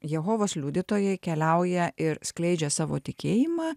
jehovos liudytojai keliauja ir skleidžia savo tikėjimą